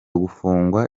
gufungwa